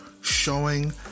showing